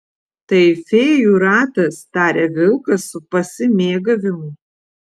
tai fėjų ratas taria vilkas su pasimėgavimu